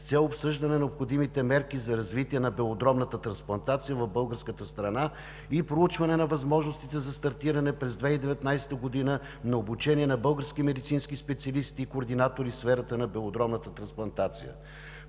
с цел обсъждане на необходимите мерки за развитие на белодробната трансплантация в българската страна и проучване на възможностите за стартиране на обучение на български медицински специалисти и координатори в сферата на белодробната трансплантация